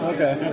Okay